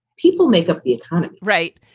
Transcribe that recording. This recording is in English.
people make up the economy, right?